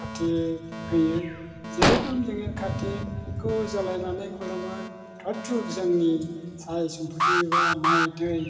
कार्तिक होयो जे रखम जोङो कार्तिकखौ जलायनानै खुलुमो जोंनि साय सम्फथि एबा माइ दै